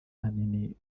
ahanini